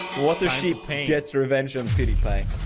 what their sheep gets the revenge of kitty plank